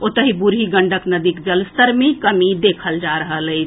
ओतहि बूढ़ी गंडक नदीक जलस्तर मे कमी देखल जा रहल अछि